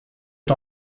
est